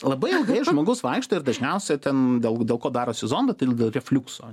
labai ilgai žmogus vaikšto ir dažniausia ten dėl dėl ko darosi zondą tai dėl refliukso